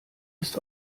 ist